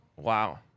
Wow